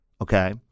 Okay